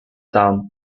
down